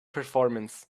performance